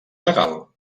legal